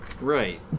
Right